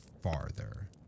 farther